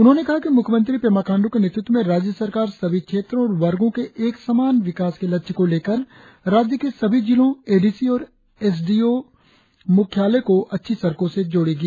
उन्होंने कहा कि मुख्यमंत्री पेमा खांडू के नेतृत्व में राज्य सरकार सभी क्षेत्रों और वर्गों के एक समान विकास के लक्ष्य को लेकर राज्य के सभी जिलों ए डी सी और एस डी ओ मुख्यालय को अच्छी सड़कों से जोड़ेगी